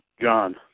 John